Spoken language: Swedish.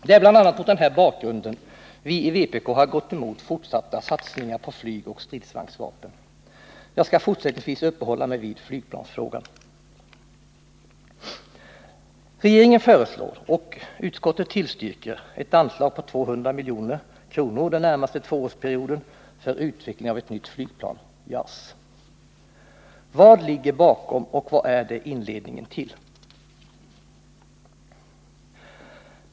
Det är bl.a. mot den här bakgrunden vi i vpk har gått emot fortsatta satsningar på flygoch stridsvagnsvapen. Jag skall fortsättningsvis uppehålla mig vid flygplansfrågan. Regeringen föreslår och utskottet tillstyrker ett anslag på 200 milj.kr. för den närmaste tvåårsperioden för utveckling av ett nytt flygplan, JAS. Vad ligger bakom det, och vad är det inledningen till?